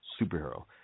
superhero